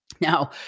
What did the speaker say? Now